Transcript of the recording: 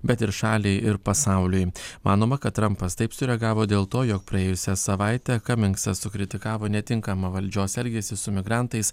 bet ir šaliai ir pasauliui manoma kad trampas taip sureagavo dėl to jog praėjusią savaitę kaminksas sukritikavo netinkamą valdžios elgesį su migrantais